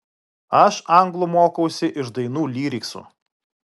aš anglų mokausi iš dainų lyriksų